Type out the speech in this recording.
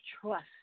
trust